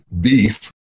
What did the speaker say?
beef